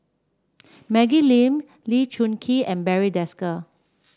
Maggie Lim Lee Choon Kee and Barry Desker